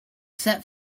except